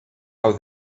how